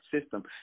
system